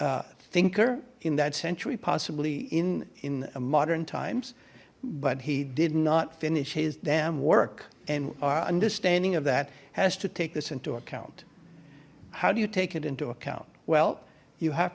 greatest thinker in that century possibly in in modern times but he did not finish his damn work and our understanding of that has to take this into account how do you take it into account well you have